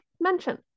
mention